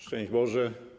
Szczęść Boże!